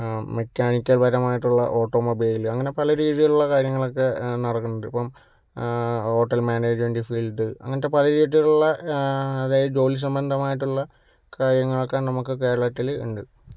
mechanical പരമായിട്ടുള്ള automobile അങ്ങനെ പല രീതിയിലുള്ള കാര്യങ്ങളൊക്കെ നടക്കുന്നുണ്ട് ഇപ്പോൾ ഹോട്ടൽ മാനേജ്മന്റ് ഫീൽഡ് അങ്ങനത്തെ പല രീതിയിലുള്ള അതായത് ജോലി സംബന്ധമായിട്ടുള്ള കാര്യങ്ങളൊക്കെ നമുക്ക് കേരളത്തിൽ ഉണ്ട്